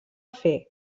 fer